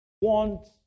want